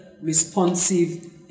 responsive